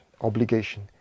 obligation